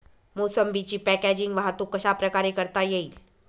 मोसंबीची पॅकेजिंग वाहतूक कशाप्रकारे करता येईल?